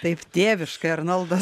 taip tėviškai arnoldas